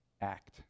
act